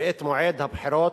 ואת מועד הבחירות,